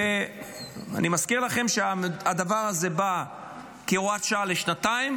ואני מזכיר לכם שהדבר בא כהוראת שעה לשנתיים,